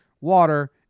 water